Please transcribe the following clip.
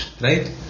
right